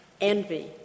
envy